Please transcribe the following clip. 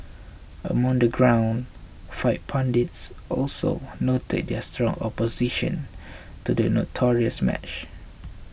among the ground fight pundits also noted their strong opposition to the notorious match